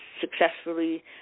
successfully